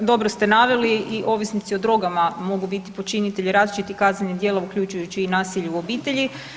Da, dobro ste naveli i ovisnici o drogama mogu biti počinitelji različitih kaznenih djela uključujući i nasilje u obitelji.